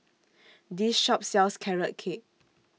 This Shop sells Carrot Cake